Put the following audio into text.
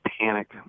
panic